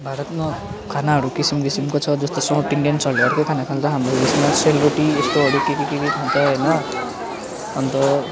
भारतमा खानाहरू किसिम किसिमको छ जस्तो साउथ इन्डियन्सहरूले अर्कै खाना खान्छ हाम्रो हिल्समा सेलरोटीहरू यस्तो के के के के खान्छ होइन अन्त